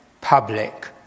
public